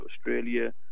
Australia